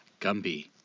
Gumby